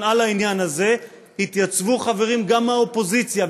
על העניין הזה התייצבו חברים גם מהאופוזיציה,